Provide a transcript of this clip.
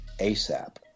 ASAP